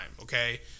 okay